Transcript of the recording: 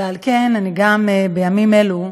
ועל כן, גם בימים אלו,